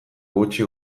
gutxi